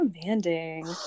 demanding